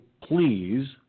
please